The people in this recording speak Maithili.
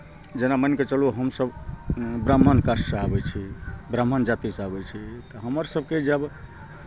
जेना मानि कऽ चलू हमसभ ब्राह्मण कास्टसँ आबै छी ब्राह्मण जातिसँ आबै छी तऽ हमर सभके जब